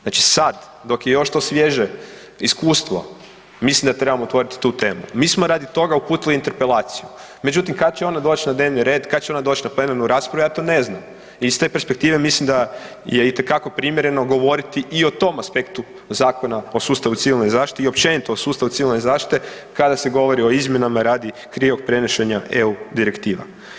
Znači sad, dok je još to svježe iskustvo, mislim da trebamo otvoriti tu temu, mi smo radi toga uputili Interpelaciju, međutim kad će ona doći na dnevni red, kad će ona doći na plenarnu raspravu, ja to ne znam, i iz te perspektive mislim da je itekako primjereno govoriti i o tom aspektu Zakona o sustavu Civilne zaštite i općenito o sustavu Civilne zaštite kada se govori o izmjenama radi krivog prenošenja EU Direktiva.